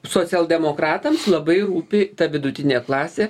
socialdemokratams labai rūpi ta vidutinė klasė